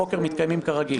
מתקיימים כרגיל?